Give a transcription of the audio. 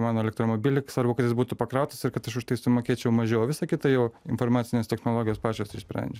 mano elektromobilį svarbu kad jis būtų pakrautas ir kad už tai sumokėčiau mažiau o visa kita jau informacinės technologijos pačios išsprendžia